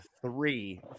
three